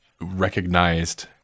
recognized